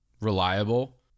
reliable